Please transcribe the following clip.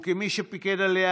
כמי שפיקד עליה,